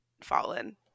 fallen